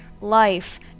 life